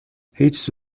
هیچ